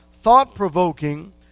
thought-provoking